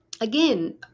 again